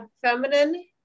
Feminine